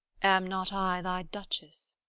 am not i thy duchess?